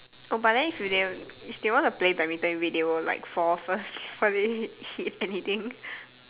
oh but then if you dare only if they want to play badminton wait they will like fall first funny hit anything